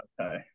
Okay